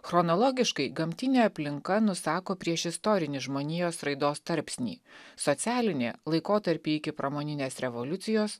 chronologiškai gamtinė aplinka nusako priešistorinį žmonijos raidos tarpsnį socialinė laikotarpį iki pramoninės revoliucijos